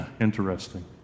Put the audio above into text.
Interesting